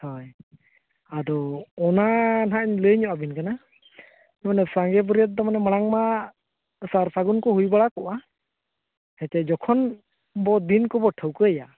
ᱦᱳᱭ ᱟᱫᱚ ᱚᱱᱟ ᱱᱟᱦᱟᱜ ᱤᱧ ᱞᱟᱹᱭ ᱧᱚᱜ ᱟᱹᱵᱤᱱ ᱠᱟᱱᱟ ᱢᱟᱱᱮ ᱥᱟᱸᱜᱮ ᱵᱟᱹᱨᱭᱟᱹᱛ ᱫᱚ ᱢᱟᱱᱮ ᱢᱟᱲᱟᱝᱢᱟ ᱥᱟᱨ ᱥᱟᱹᱜᱩᱱ ᱠᱚ ᱦᱩᱭ ᱵᱟᱲᱟ ᱠᱚᱜᱼᱟ ᱦᱮᱸ ᱥᱮ ᱡᱚᱠᱷᱚᱱ ᱵᱚ ᱫᱤᱱ ᱠᱚᱵᱚ ᱴᱷᱟᱹᱣᱠᱟᱹᱭᱟ